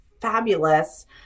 fabulous